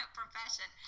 profession